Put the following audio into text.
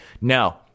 No